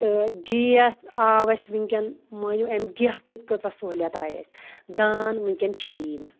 تہٕ گیس آو اَسہِ وٕنۍکٮ۪ن مٲنِو اَمہِ گیسہٕ سۭتۍ کۭژاہ سہوٗلیت آے اَسہِ دان وٕنۍکٮ۪ن چھُیی نہٕ